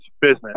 business